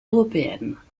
européennes